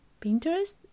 Pinterest